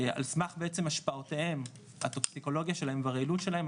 על סמך בעצם השפעותיהם הטוקסיקולוגיה שלהם והרעילות שלהם,